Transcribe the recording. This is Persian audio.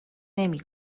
نمی